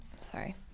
sorry